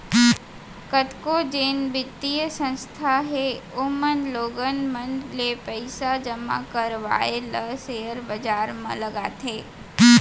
कतको जेन बित्तीय संस्था हे ओमन लोगन मन ले पइसा जमा करवाय ल सेयर बजार म लगाथे